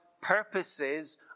purposes